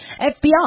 FBI